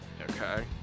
Okay